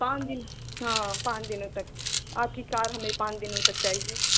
पाँच दिन हाँ पाँच दिनों तक